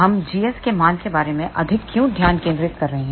हम gs के मान के बारे में अधिक क्यों ध्यान केंद्रित कर रहे हैं